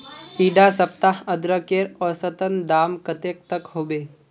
इडा सप्ताह अदरकेर औसतन दाम कतेक तक होबे?